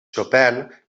chopin